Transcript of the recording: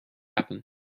happen